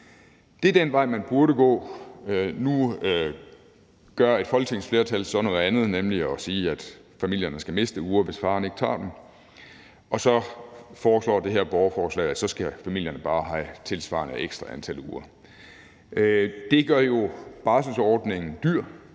Det er den vej, man burde gå. Nu gør et folketingsflertal så noget andet, nemlig at sige, at familierne skal miste uger, hvis faren ikke tager dem, og så foreslår man med det her borgerforslag, at familierne så bare skal have et tilsvarende antal ekstra uger. Det gør jo barselsordningen dyr,